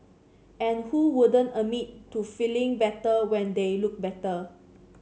and who wouldn't admit to feeling better when they look better